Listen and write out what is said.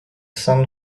sun